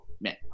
man